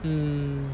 mm